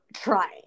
trying